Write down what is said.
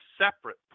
separate